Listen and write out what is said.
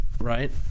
right